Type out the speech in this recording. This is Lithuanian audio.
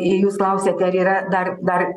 jei jūs klausiate ar yra dar dar